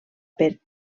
per